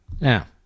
Now